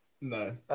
No